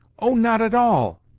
oh, not at all.